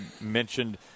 mentioned